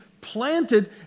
planted